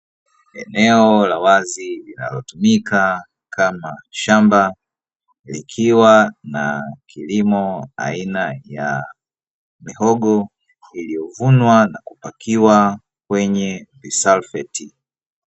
Eneo la wazi, linalotumika kama shamba, likiwa na kilimo aina ya mihogo iliyovunwa na kupakiwa kwenye visalifeti.